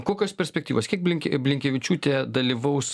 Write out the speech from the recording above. kokios perspektyvos kiek blinkė blinkevičiūtė dalyvaus